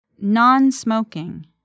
non-smoking